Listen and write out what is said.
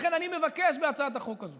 לכן אני מבקש בהצעת החוק הזאת